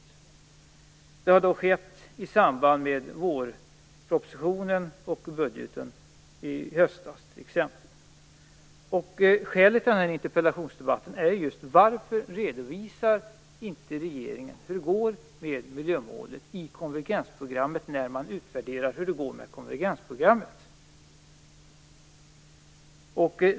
Detta har då skett i samband med vårpropositionen och när budgeten presenterades i höstas t.ex. Skälet till denna interpellationsdebatt är just att jag undrar varför regeringen inte redovisar hur det går med miljömålet i konvergensprogrammet när konvergensprogrammet utvärderas.